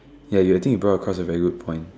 ya ya I think you brought across a very good point